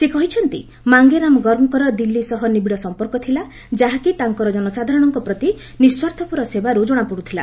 ସେ କହିଛନ୍ତି ମାଙ୍ଗେରାମ ଗର୍ଗଙ୍କର ଦିଲ୍ଲୀ ସହ ନିବିଡ଼ ସମ୍ପର୍କ ଥିଲା ଯାହାକି ତାଙ୍କର ଜନସାଧାରଣଙ୍କ ପ୍ରତି ନିଃସ୍ୱାର୍ଥପର ସେବାରୁ ଜଣାପଡ଼ୁଥିଲା